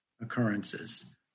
occurrences